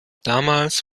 damals